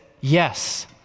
yes